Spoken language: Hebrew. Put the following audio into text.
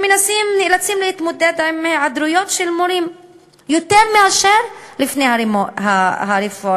שהם נאלצים להתמודד עם היעדרויות של מורים יותר מאשר לפני הרפורמה.